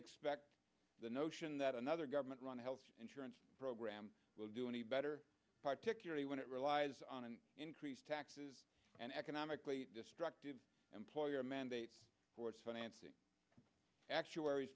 expect the notion that another government run health insurance program will do any better particularly when it relies on an increased taxes and economically destructive employer mandate for its financing actuar